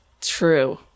True